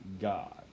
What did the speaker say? God